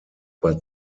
bei